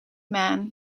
man